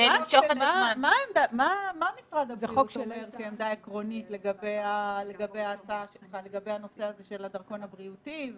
מה העמדה העקרונית של משרד הבריאות לגבי הנושא הזה של הדרכון הבריאותי,